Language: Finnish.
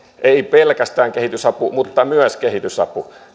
ei pelkästään kehitysapu mutta myös kehitysapu